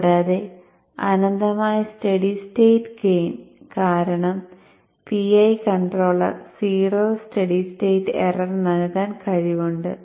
കൂടാതെ അനന്തമായ steady state gain കാരണം PI controller zero steady state error നൽകാൻ കഴിവുണ്ട്